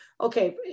okay